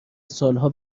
سالها